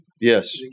Yes